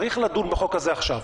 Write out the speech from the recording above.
צריך לדון בחוק הזה עכשיו.